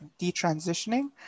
detransitioning